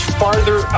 farther